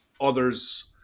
others